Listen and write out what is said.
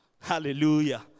Hallelujah